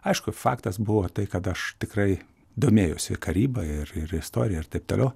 aišku faktas buvo tai kad aš tikrai domėjausi ir karyba ir ir istorija ir taip toliau